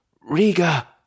Riga